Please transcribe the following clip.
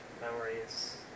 memories